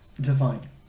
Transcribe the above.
divine